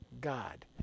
God